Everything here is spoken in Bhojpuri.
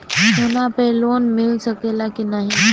सोना पे लोन मिल सकेला की नाहीं?